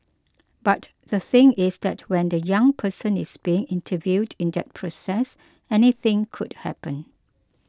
but the thing is that when the young person is being interviewed in that process anything could happen